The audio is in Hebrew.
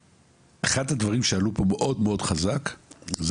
אחד הדברים שעלו פה מאוד מאוד חזק זה